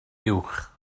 uwch